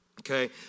okay